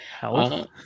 health